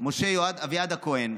משה אביעד הכהן,